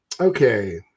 Okay